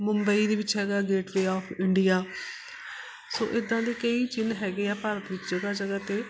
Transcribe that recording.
ਮੁੰਬਈ ਦੇ ਵਿੱਚ ਹੈਗਾ gateway of India so ਇੱਦਾਂ ਦੇ ਕਈ ਚਿੰਨ੍ਹ ਹੈਗੇ ਆ ਭਾਰਤ ਵਿੱਚ ਜਗ੍ਹਾ ਜਗ੍ਹਾ 'ਤੇ